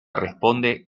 responde